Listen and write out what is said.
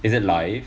is it live